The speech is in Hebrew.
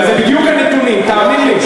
זה בדיוק הנתונים, תאמין לי.